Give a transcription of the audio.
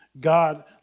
God